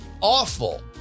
awful